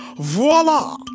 voila